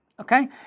Okay